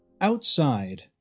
Outside